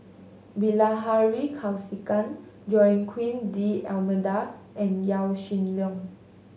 Bilahari Kausikan Joaquim D'Almeida and Yaw Shin Leong